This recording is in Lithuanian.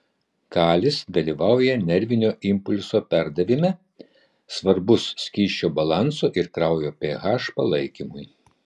kalis dalyvauja nervinio impulso perdavime svarbus skysčių balanso ir kraujo ph palaikymui